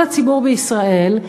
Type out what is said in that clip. כל הציבור בישראל,